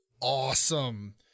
awesome